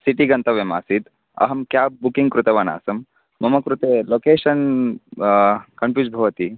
city गन्तव्यम् आसीत् अहं क्याब् बुकिङ्ग् कृतवान् आसम् मम कृते लोकेशन् कन्फ़ूस् भवति